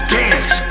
dance